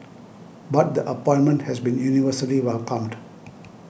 but the appointment has been universally welcomed